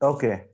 Okay